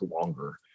longer